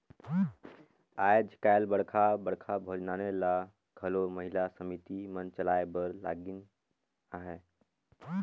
आएज काएल बड़खा बड़खा भोजनालय ल घलो महिला समिति मन चलाए बर लगिन अहें